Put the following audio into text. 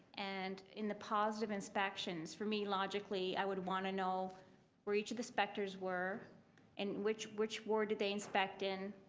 and in the positive inspections, for me logically i would want to know where each of the inspecto inspectors were and which which ward did they inspect in,